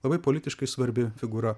labai politiškai svarbi figūra